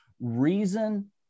reason